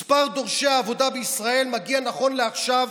מספר דורשי העבודה בישראל מגיע נכון לעכשיו